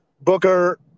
Booker